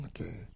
Okay